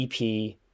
EP